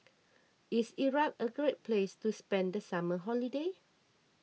is Iraq a great place to spend the summer holiday